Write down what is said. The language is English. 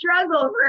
struggle